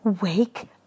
Wake